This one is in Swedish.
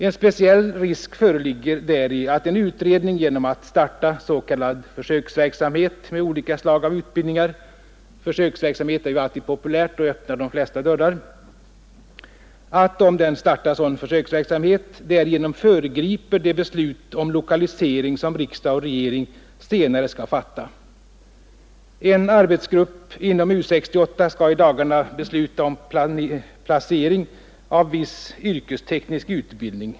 En speciell risk föreligger däri att en utredning genom att starta s.k. försöksverksamhet med olika slag av utbildningar — försöksverksamhet är ju alltid populärt och öppnar de flesta dörrar — föregriper de beslut om lokalisering som riksdag och regering senare skall fatta. En arbetsgrupp inom U 68 skall i dagarna besluta om placering av viss yrkesteknisk utbildning.